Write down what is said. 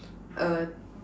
uh